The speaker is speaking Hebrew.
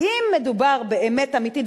אם מדובר באמת אמיתית,